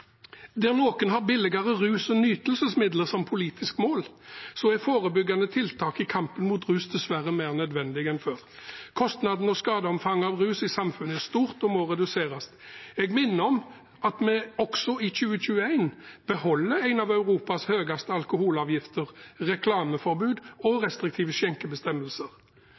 der noen har billigere rus- og nytelsesmidler som politisk mål, er forebyggende tiltak i kampen mot rus dessverre mer nødvendig enn før. Skadeomfanget av rus i samfunnet er stort, i tillegg til kostnadene, og må reduseres. Jeg minner om at vi også i 2021 beholder en av Europas høyeste alkoholavgifter, reklameforbud og restriktive skjenkebestemmelser.